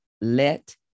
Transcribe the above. Let